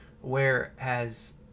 whereas